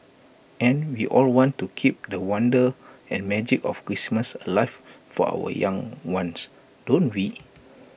and we all want to keep the wonder and magic of Christmas alive for our young ones don't we